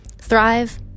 Thrive